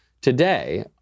today